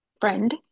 friend